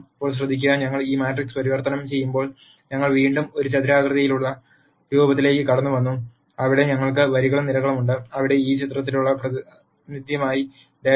ഇപ്പോൾ ശ്രദ്ധിക്കുക ഞങ്ങൾ ഈ മാട്രിക്സ് പരിവർത്തനം ചെയ്യുമ്പോൾ ഞങ്ങൾ വീണ്ടും ഒരു ചതുരാകൃതിയിലുള്ള രൂപത്തിലേക്ക് കടന്നുവന്നു അവിടെ ഞങ്ങൾക്ക് വരികളും നിരകളും ഉണ്ട് അവിടെ ഈ ചിത്രത്തിനുള്ള പ്രാതിനിധ്യമായി ഡാറ്റ പൂരിപ്പിക്കുന്നു